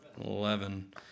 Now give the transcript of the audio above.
Eleven